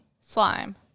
Slime